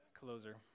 closer